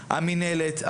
המינהלת,